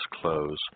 clothes